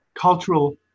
cultural